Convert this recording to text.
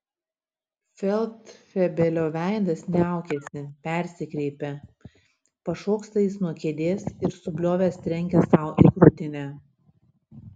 feldfebelio veidas niaukiasi persikreipia pašoksta jis nuo kėdės ir subliovęs trenkia sau į krūtinę